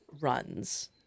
runs